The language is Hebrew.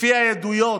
לפי העדויות,